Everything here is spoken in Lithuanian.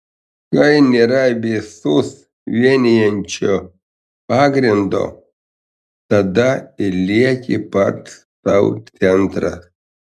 kai nėra visus vienijančio pagrindo tada ir lieki pats sau centras